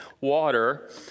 water